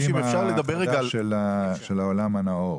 העולם הנאור.